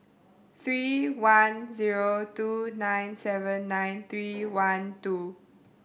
three one zero two nine seven nine three one two